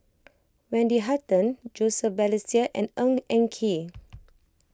Wendy Hutton Joseph Balestier and Ng Eng Kee